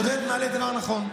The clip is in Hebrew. עודד מעלה דבר נכון,